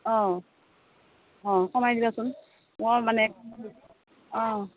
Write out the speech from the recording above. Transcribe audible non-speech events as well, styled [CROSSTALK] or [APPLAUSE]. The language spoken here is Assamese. অ অ [UNINTELLIGIBLE] অ মানে অ